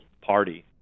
party